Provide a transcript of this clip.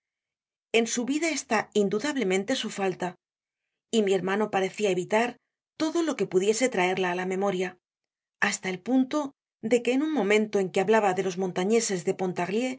en su vida está indudablemente su falta y mi hermano parecia evitar todo lo que pudiese traerla á la memoria hasta el punto de que en un momento en que hablaba de los montañeses de